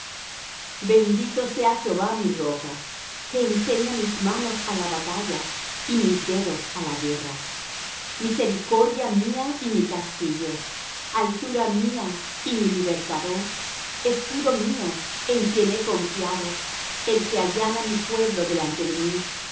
bendito sea jehová mi roca que enseña mis manos á la batalla y mis dedos á la guerra misericordia mía y mi castillo altura mía y mi libertador escudo mío en quien he confiado el que allana mi pueblo delante de mí